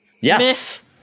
Yes